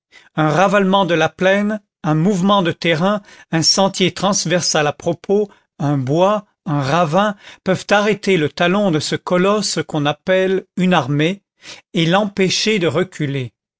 un ravalement de la plaine un mouvement de terrain un sentier transversal à propos un bois un ravin peuvent arrêter le talon de ce colosse qu'on appelle une armée et l'empêcher de reculer